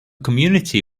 community